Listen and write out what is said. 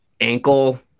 ankle